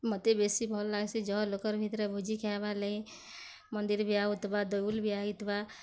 ମୋତେ ବେଶୀ ଭଲ୍ ଲାଗଁସି ଜହଁ ଲୋକର୍ ଭିତରେ ଭୁଜି ଖାଏବା ଲାଗିର୍ ମନ୍ଦିର ବିହା ହେଉଥିବା ଦେଉଲ୍ ବିହା ହେଉଥିବା